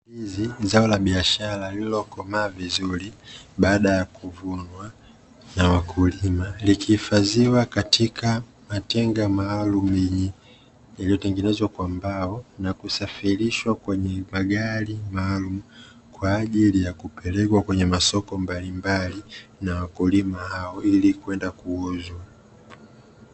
Zao la biashara lililo komaa vizuri baada ya kuvunwa na wakulima likihifadhiwa katika matenga maalumu yaliyo tengenezwa kwa mbao, na kusafirishwa kwenye magari maalumu kwa ajili ya kupelekwa kwenye masoko mbalimbali na wakulima hao ili kwenda kuuzwa.